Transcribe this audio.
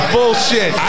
Bullshit